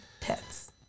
pets